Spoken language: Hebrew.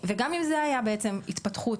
אם עשיתם את ההתאמה